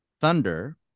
Thunder